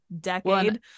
decade